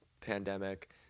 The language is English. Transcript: pandemic